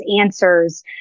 answers